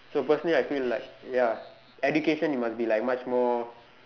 so personally I feel like ya education you must be like much more